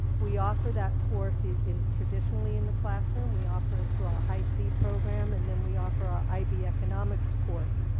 we offer that course in traditionally in the classroom, we offer it through our high c program, and then we offer our ib economics course,